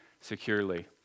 securely